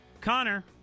Connor